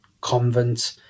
Convent